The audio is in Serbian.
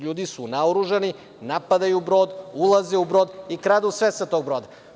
Ljudi su naoružani, napadaju brod, ulaze u brod i kradu sve sa tog broda.